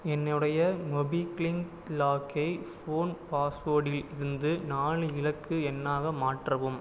என்னுடைய மோபிக்லின்க் லாக்கை ஃபோன் பாஸ்வேடில் இருந்து நாலு இலக்கு எண்ணாக மாற்றவும்